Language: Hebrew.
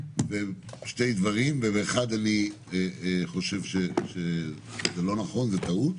שני דברים, באחד אני חושב שזה לא נכון, זה טענות,